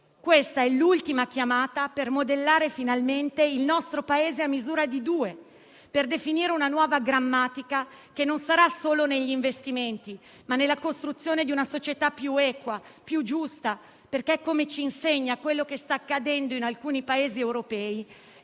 Questa è l'ultima chiamata per modellare finalmente il nostro Paese a misura di due, per definire una nuova grammatica, che non sarà solo negli investimenti, ma nella costruzione di una società più equa, più giusta, perché come ci insegna quello che sta accadendo in alcuni Paesi europei,